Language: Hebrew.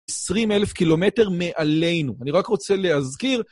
20 אלף קילומטר מעלינו. אני רק רוצה להזכיר...